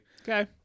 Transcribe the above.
Okay